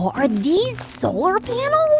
yeah are these solar panels?